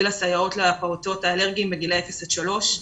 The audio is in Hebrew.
לסייעות לפעוטות האלרגיים בגילאי אפס עד שלוש.